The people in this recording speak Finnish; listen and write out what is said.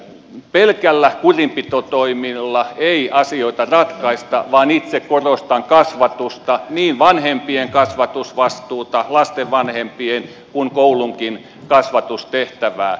pelkillä kurinpitotoimilla ei asioita ratkaista vaan itse korostan kasvatusta niin vanhempien kasvatusvastuuta lasten vanhempien kuin koulunkin kasvatustehtävää